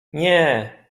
nie